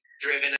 driven